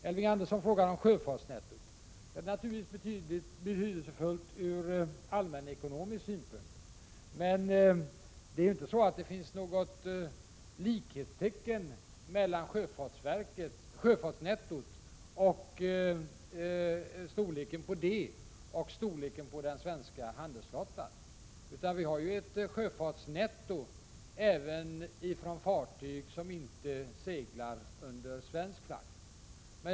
Elving Andersson frågade om sjöfartsnettot. Det är naturligtvis betydelsefullt ur allmän ekonomisk synpunkt, men man kan inte sätta likhetstecken mellan storleken på sjöfartsnettot och storleken på den svenska handelsflottan — vi har ett sjöfartsnetto som härrör sig även från fartyg som inte seglar under svensk flagg.